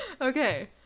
Okay